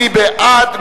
מי בעד?